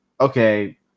okay